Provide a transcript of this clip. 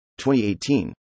2018